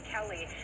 Kelly